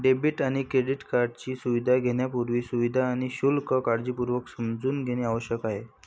debit आणि credit कार्डची सुविधा घेण्यापूर्वी, सुविधा आणि शुल्क काळजीपूर्वक समजून घेणे आवश्यक आहे